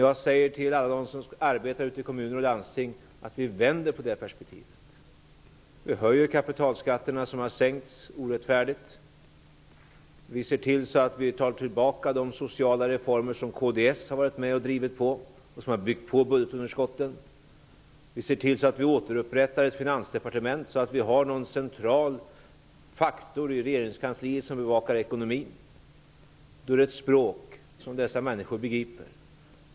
Jag säger till alla dem som arbetar i kommuner och landsting att vi vänder på det perspektivet, att vi höjer de kapitalskatter som orättfärdigt sänkts, att vi ser till att de sociala reformer som kds har varit med och drivit igenom, och som har gjort att budgetunderskottet byggts på, rivs upp och att vi ser till att ett finansdepartement återupprättas, så att det finns en central faktor i regeringskansliet som bevakar ekonomin. Det är ett språk som dessa människor begriper.